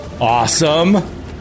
Awesome